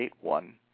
One